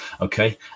Okay